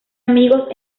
amigos